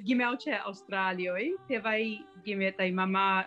gimiau čia australijoj tėvai gimė tai mama